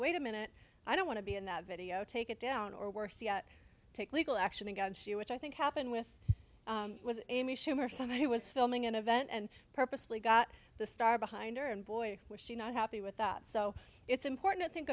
wait a minute i don't want to be in that video take it down or worse take legal action against you which i think happened with amy schumer someone who was filming an event and purposely got the star behind her and boy was she not happy with that so it's important to think